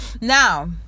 Now